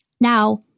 Now